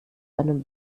einem